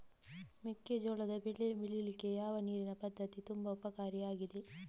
ಮೆಕ್ಕೆಜೋಳದ ಬೆಳೆ ಬೆಳೀಲಿಕ್ಕೆ ಯಾವ ನೀರಿನ ಪದ್ಧತಿ ತುಂಬಾ ಉಪಕಾರಿ ಆಗಿದೆ?